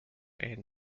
and